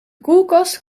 koelkast